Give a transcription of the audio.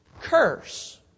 curse